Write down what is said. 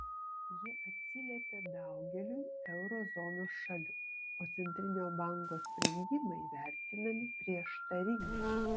jie atsiliepia daugeliui euro zonos šalių o centrinio banko sprendimai vertinami prieštaringai